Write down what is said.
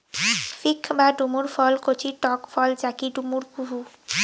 fig বা ডুমুর ফল কচি টক ফল যাকি ডুমুর কুহু